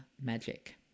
magic